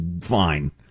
fine